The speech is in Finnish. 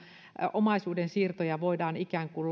omaisuudensiirtoja voidaan ikään kuin